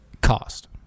cost